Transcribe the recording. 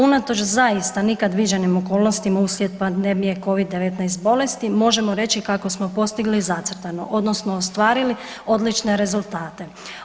Unatoč zaista nikad viđenim okolnostima uslijed pandemije Covid-19 bolesti, možemo reći kako smo postigli zacrtano, odnosno ostvarili odlične rezultate.